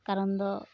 ᱠᱟᱨᱚᱱ ᱫᱚ